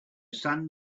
sand